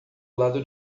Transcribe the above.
lado